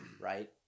right